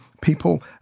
people